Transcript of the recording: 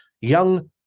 young